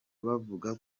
bavuga